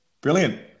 Brilliant